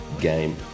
game